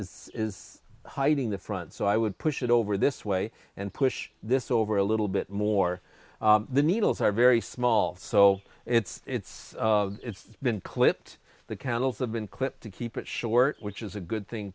is is hiding the front so i would push it over this way and push this over a little bit more the needles are very small so it's it's it's been clipped the candles have been clipped to keep it short which is a good thing